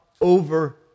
over